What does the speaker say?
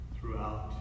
throughout